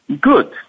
good